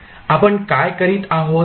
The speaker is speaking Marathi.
आपण काय करीत आहोत